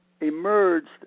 emerged